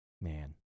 Man